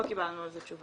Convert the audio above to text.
לא קיבלנו על זה תשובה.